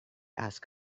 ask